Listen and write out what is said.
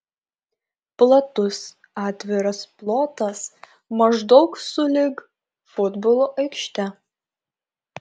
platus atviras plotas maždaug sulig futbolo aikšte